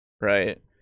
right